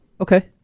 Okay